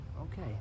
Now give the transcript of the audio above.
Okay